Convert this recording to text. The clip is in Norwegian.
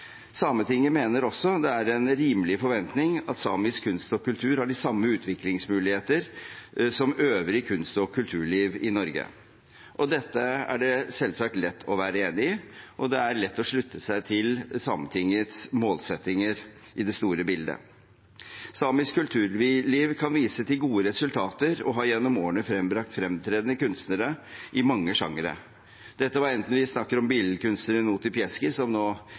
Sametinget mener også det er en rimelig forventning at samisk kunst og kultur har samme utviklingsmuligheter som øvrig kunst- og kulturliv i Norge. Dette er det selvsagt lett å være enig i, og det er lett å slutte seg til Sametingets målsettinger i det store bildet. Samisk kulturliv kan vise til gode resultater og har gjennom årene frembrakt fremtredende kunstnere i mange sjangre, enten vi snakker om billedkunstneren Outi Pieski, som nå